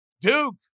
Duke